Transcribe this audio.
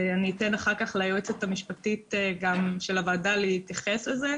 ואני אתן אחר כך ליועצת המשפטית של הוועדה להתייחס לזה.